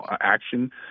action